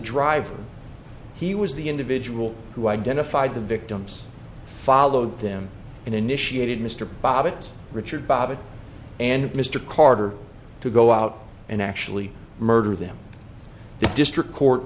driver he was the individual who identified the victims followed them and initiated mr bobbitt richard babbitt and mr carter to go out and actually murder them the district court